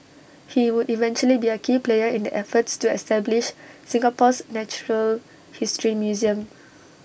he would eventually be A key player in the efforts to establish Singapore's natural history museum